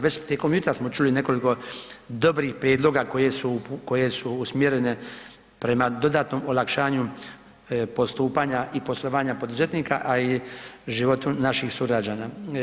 Već tijekom jutra smo čuli nekoliko dobrih prijedloga koje su usmjerene prema dodatnom olakšanju postupanja i poslovanja poduzetnika, a i životu naših sugrađana.